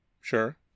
sure